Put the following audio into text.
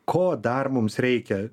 ko dar mums reikia